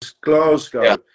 glasgow